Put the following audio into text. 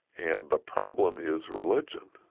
and the problem is religion.